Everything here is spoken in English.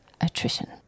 attrition